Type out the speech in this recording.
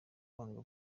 kwanga